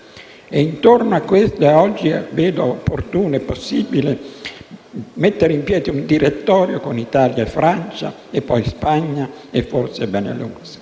Intorno a questo vedo opportuno e possibile mettere in piedi un direttorio con Italia e Francia, poi Spagna e poi, forse, Benelux.